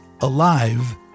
alive